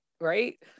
right